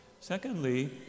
Secondly